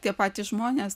tie patys žmonės